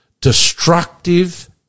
destructive